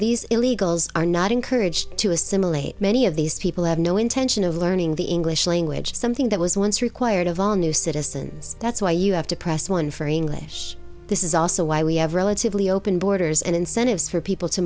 these illegals are not encouraged to assimilate many of these people have no intention of learning the english language something that was once required of all new citizens that's why you have to press one for english this is also why we have relatively open borders and incentives for people to